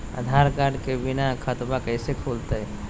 आधार card के बिना खाताबा कैसे खुल तय?